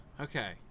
Okay